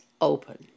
open